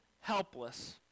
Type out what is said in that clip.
helpless